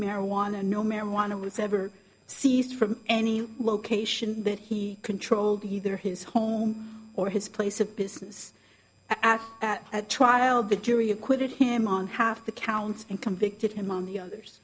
marijuana no marijuana was ever seized from any location that he controlled either his home or his place of business at trial by jury acquitted him on half the counts and convicted him on the other